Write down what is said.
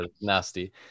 Nasty